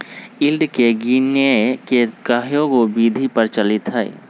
yield के गीनेए के कयहो विधि प्रचलित हइ